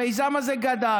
המיזם הזה גדל.